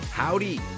Howdy